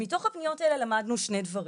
מתוך הפניות האלה למדנו שני דברים,